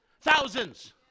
Thousands